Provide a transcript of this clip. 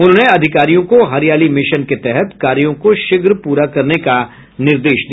उन्होंने अधिकारियों को हरियाली मिशन के तहत कार्यों को शीघ्र पूरा करने का निर्देश दिया